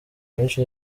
benshi